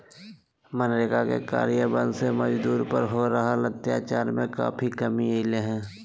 मनरेगा के कार्यान्वन से मजदूर पर हो रहल अत्याचार में काफी कमी अईले हें